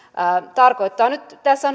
tässä